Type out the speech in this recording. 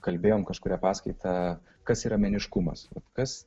kalbėjom kažkurią paskaitą kas yra meniškumas kas